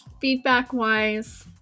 feedback-wise